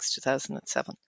2007